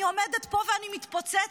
אני עומדת פה ואני מתפוצצת.